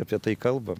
apie tai kalba